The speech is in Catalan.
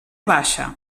baixa